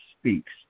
speaks